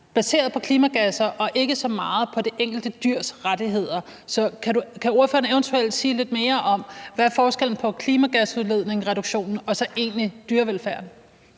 baseret på klimagasser og ikke så meget på det enkelte dyrs rettigheder. Så kan ordføreren eventuelt sige lidt mere om, hvad forskellen er på klimagasudledningsreduktionen og så dyrevelfærden?